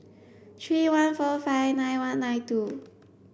three one four five nine one nine two